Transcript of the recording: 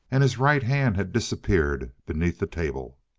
and his right hand had disappeared beneath the table.